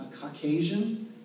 Caucasian